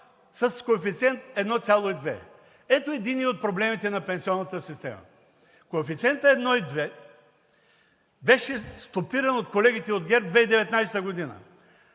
с коефициент 1,2. Ето единия от проблемите на пенсионната система. Коефициентът 1,2 беше стопиран от колегите от ГЕРБ – 2019 г.